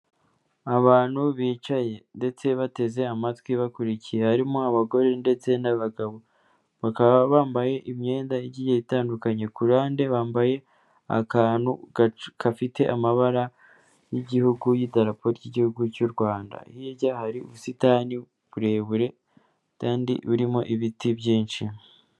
Abantu bicaye ndetse bateze amatwi bakurikiye, harimo abagore ndetse n'abagabo, bakaba bambaye imyenda igiye itandukanye, ku ruhande bambaye akantu gafite amabara y'igihugu y'idarapo ry'igihugu cy'u Rwanda, hirya hari ubusitani burebure kandi burimo ibiti byinshi.